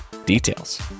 details